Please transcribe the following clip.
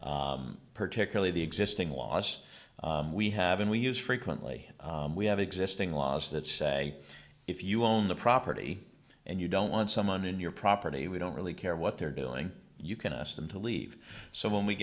particularly the existing laws we have and we use frequently we have existing laws that say if you own the property and you don't want someone in your property we don't really care what they're doing you can ask them to leave so when we